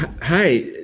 hi